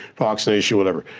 fox nation, whatever.